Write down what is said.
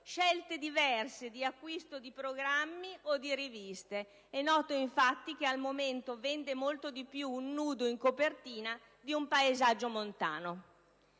scelte diverse di acquisto di programmi o di riviste (è noto, infatti, che al momento vende molto di più un nudo in copertina di un paesaggio montano).